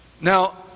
Now